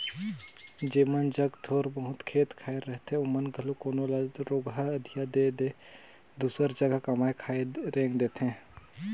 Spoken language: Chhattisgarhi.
जेमन जग थोर बहुत खेत खाएर रहथे ओमन घलो कोनो ल रेगहा अधिया दे के दूसर जगहा कमाए खाए रेंग देथे